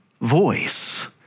voice